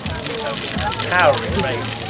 miko was in a towering rage.